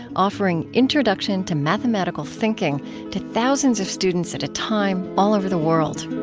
offering introduction to mathematical thinking to thousands of students at a time, all over the world